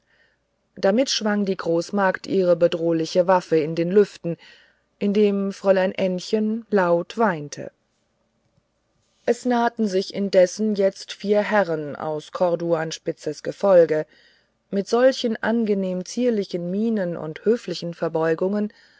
damit schwang die großmagd ihre bedrohliche waffe in den lüften indem fräulein ännchen laut weinte es nahten sich indessen jetzt vier herren aus corduanspitzes gefolge mit solchen angenehmen zierlichen mienen und höflichen verbeugungen